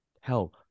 Hell